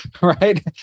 Right